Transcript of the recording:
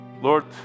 Lord